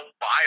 buy